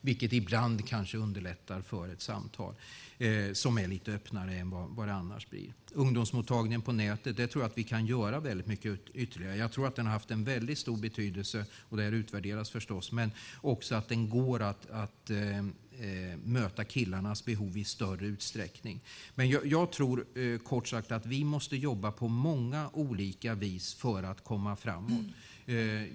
Det kanske underlättar samtal som är lite öppnare än annars. När det gäller ungdomsmottagningen på nätet kan vi göra mycket ytterligare. Jag tror att den har haft en väldigt stor betydelse, och det utvärderas förstås. Den bör också möta killarnas behov i större utsträckning. Jag tror, kort sagt, att vi måste jobba på många olika vis för att komma fram.